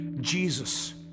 Jesus